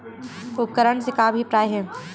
उपकरण से का अभिप्राय हे?